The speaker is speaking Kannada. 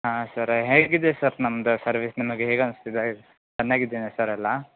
ಹಾಂ ಸರ್ರ ಹೇಗಿದೆ ಸರ್ ನಮ್ದು ಸರ್ವಿಸ್ ನಿಮಗೆ ಹೇಗೆ ಅನ್ನಿಸ್ತಿದೆ ಚೆನ್ನಾಗಿದೇನ ಸರ್ ಎಲ್ಲ